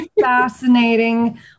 fascinating